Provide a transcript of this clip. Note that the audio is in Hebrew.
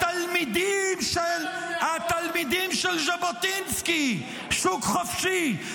התלמידים של ז'בוטינסקי, שוק חופשי.